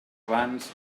abans